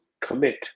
commit